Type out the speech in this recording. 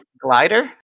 Glider